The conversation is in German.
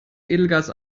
edelgas